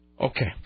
Okay